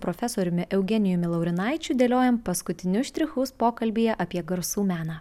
profesoriumi eugenijumi laurinaičiu dėliojam paskutinius štrichus pokalbyje apie garsų meną